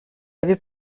avait